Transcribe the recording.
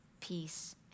peace